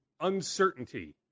uncertainty